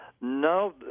No